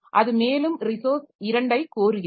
அது மேலும் ரிசோர்ஸ் 2 ஐக் கோருகிறது